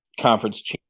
Conference